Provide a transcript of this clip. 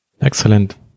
excellent